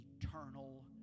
eternal